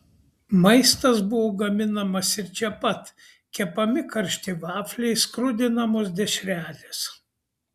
maistas buvo gaminamas ir čia pat kepami karšti vafliai skrudinamos dešrelės